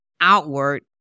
outward